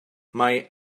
mae